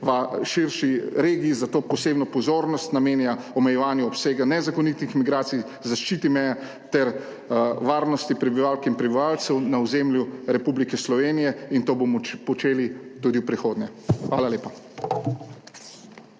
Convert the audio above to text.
širši regiji, zato posebno pozornost namenja omejevanju obsega nezakonitih migracij, zaščiti meje ter varnosti prebivalk in prebivalcev na ozemlju Republike Slovenije. In to bomo počeli tudi v prihodnje. Hvala lepa.